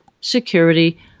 security